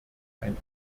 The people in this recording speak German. ein